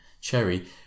cherry